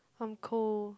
I'm cold